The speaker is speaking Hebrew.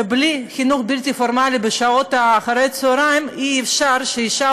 ובלי חינוך בלתי פורמלי בשעות אחר הצהריים אי-אפשר שאישה